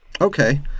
Okay